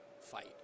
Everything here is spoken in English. fight